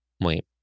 Wait